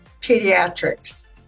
pediatrics